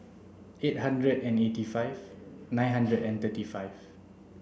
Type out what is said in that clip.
eight hundred and eighty five nine hundred and thirty five